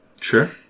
Sure